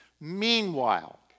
Meanwhile